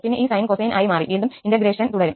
പിന്നെ ഈ sine cosine ആയി മാറി വീണ്ടും ഇന്റഗ്രേഷൻ തുടരും